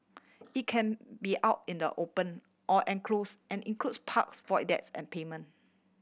it can be out in the open or enclose and includes parks void decks and pavement